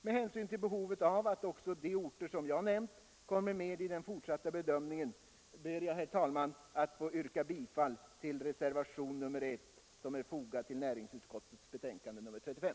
Med hänsyn till behovet av att också de orter jag nämnt kommer med i den fortsatta bedömningen ber jag, herr talman, att få yrka bifall till reservationen 1 i näringsutskottets betänkande nr 35.